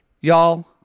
Y'all